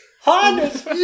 Honda's